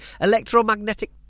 electromagnetic